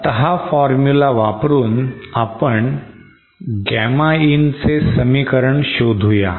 आता हा फॉर्म्युला वापरून आपण Gamma in चे समीकरण शोधूया